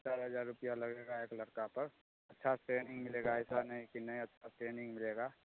चारि हजार रुपिआ लगेगा एक लड़का पर अच्छा ट्रेनिंग मिलेगा एसा नहि कि नहि अच्छा ट्रेनिंग मिलेगा